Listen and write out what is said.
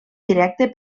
directe